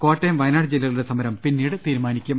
കോട്ടയം വയനാട് ജില്ല കളുടെ സമരം പിന്നീട് തീരുമാനിക്കും